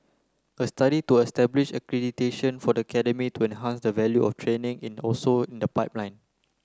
a study to establish accreditation for the academy to enhance the value of training in also in the pipeline